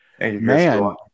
Man